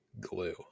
glue